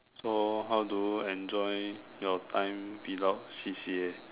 so how do you enjoy your time without C_C_A